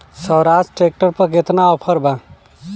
Swaraj tractor पर केतना offer बा?